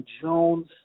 Jones